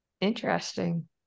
Interesting